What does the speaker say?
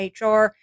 HR